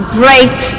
great